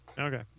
okay